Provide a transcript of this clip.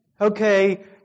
okay